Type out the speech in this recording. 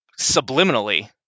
subliminally